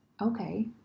okay